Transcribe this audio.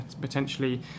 potentially